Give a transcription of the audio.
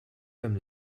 comme